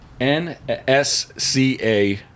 NSCA